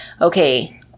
okay